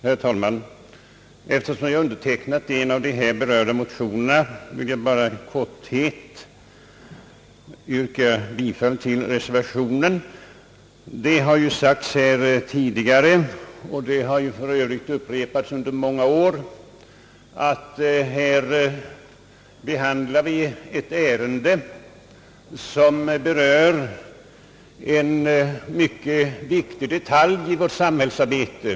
Herr talman! Eftersom jag undertecknat en av de här berörda motionerna vill jag bara i korthet yrka bifall till reservationen. Det har ju sagts här tidigare — och det har för övrigt upprepats under många år — att det ärende som vi nu behandlar berör en mycket viktig detalj av vårt samhällsarbete.